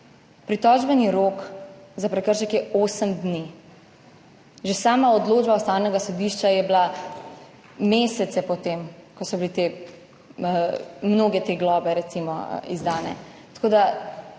Pritožbeni rok za prekršek je osem dni. Že sama odločba Ustavnega sodišča je bila mesece po tem, ko so bile mnoge te globe recimo izdane. Tako da